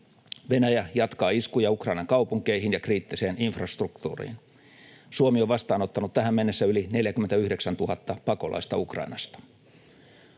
Venäjä jatkaa iskuja Ukrainan kaupunkeihin ja kriittiseen infrastruktuuriin. Suomi on vastaanottanut tähän mennessä yli 49 000 pakolaista Ukrainasta.